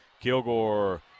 Kilgore